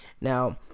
Now